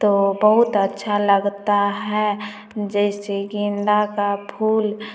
तो बहुत अच्छा लगता है जैसे गेंदा का फूल